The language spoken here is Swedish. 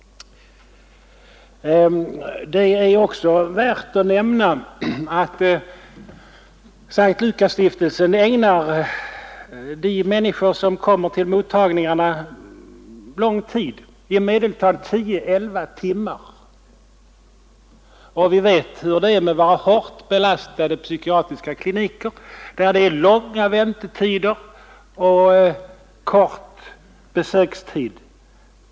Det är också värt att nämna att S:t Lukasstiftelsen ägnar de människor som kommer till mottagningarna lång tid — i medeltal 10—11 timmar. Vi vet hur det är på våra hårt belastade psykiatriska kliniker med långa väntetider och kort besökstid.